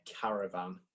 caravan